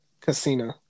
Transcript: Casino